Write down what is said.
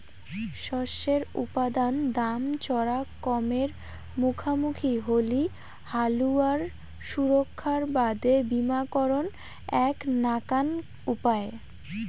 শস্যের উৎপাদন দাম চরা কমের মুখামুখি হলি হালুয়ার সুরক্ষার বাদে বীমাকরণ এ্যাক নাকান উপায়